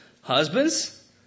husbands